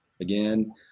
again